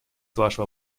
вашего